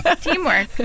Teamwork